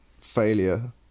failure